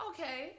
Okay